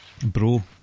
bro